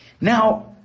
Now